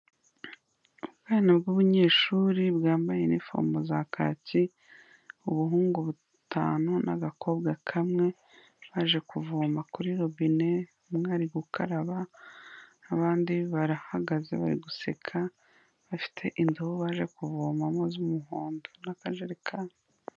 Ubwana bw'ubunyeshuri bwambaye inifomu za kaki ubuhungu butanu n'agakobwa kamwe, baje kuvoma kuri robine, umwe ari gukaraba abandi barahagaze bari guseka, bafite indobo baje kuvomamo z'umuhondo n'akajerekani.